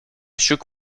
shook